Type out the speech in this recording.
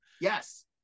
yes